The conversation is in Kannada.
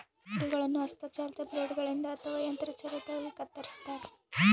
ಕುರಿಗಳನ್ನು ಹಸ್ತ ಚಾಲಿತ ಬ್ಲೇಡ್ ಗಳಿಂದ ಅಥವಾ ಯಂತ್ರ ಚಾಲಿತವಾಗಿ ಕತ್ತರಿಸ್ತಾರ